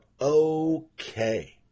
okay